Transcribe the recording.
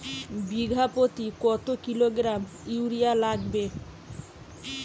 বিঘাপ্রতি কত kilogram urea লাগবে?